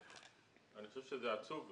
אני חושב שזה עצוב,